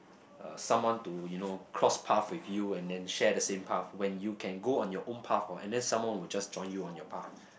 a someone to you know cross path with you and then share the same path when you can go on your on path what and then someone will just join you on your path